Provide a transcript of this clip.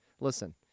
Listen